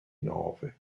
nove